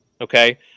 okay